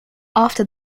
after